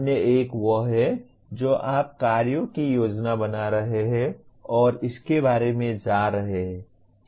अन्य एक वह है जो आप कार्यों की योजना बना रहे हैं और इसके बारे में जा रहे हैं